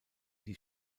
die